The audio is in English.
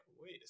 wait